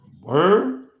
Word